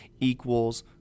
equals